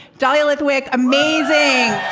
dahlia lithwick. amazing